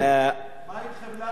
מה עם חמלה לבני-אדם?